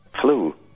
flu